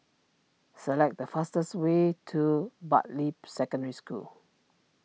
select the fastest way to Bartley Secondary School